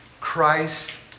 Christ